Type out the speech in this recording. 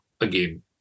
again